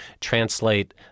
translate